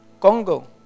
Congo